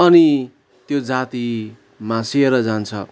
अनि त्यो जाति मासिएर जान्छ